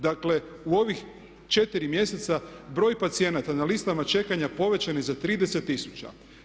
Dakle u ovih 4 mjeseca broj pacijenata na listama čekanja povećan je za 30 tisuća.